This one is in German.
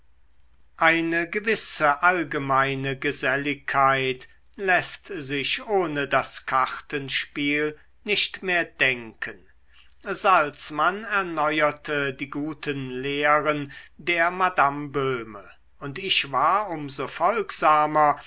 eine gewisse allgemeine geselligkeit läßt sich ohne das kartenspiel nicht mehr denken salzmann erneuerte die guten lehren der madame böhme und ich war um so